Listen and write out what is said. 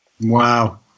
Wow